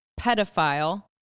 pedophile